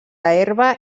herba